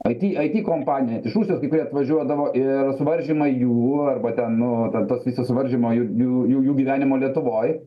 aiti aiti kompanija iš rusijos kai kurie atvažiuodavo ir suvaržymai jų arba ten nu tos visos suvaržymo jų jų jų gyvenimo lietuvoj